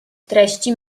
treści